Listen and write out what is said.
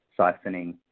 siphoning